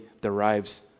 derives